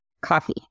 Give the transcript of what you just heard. Coffee